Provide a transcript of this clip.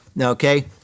Okay